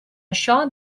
això